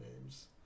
names